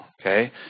okay